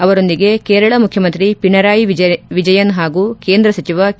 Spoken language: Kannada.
ಅವರೊಂದಿಗೆ ಕೇರಳ ಮುಖ್ಯಮಂತ್ರಿ ಪಿಣರಾಯಿ ವಿಜಯನ್ ಹಾಗೂ ಕೇಂದ್ರ ಸಚಿವ ಕೆ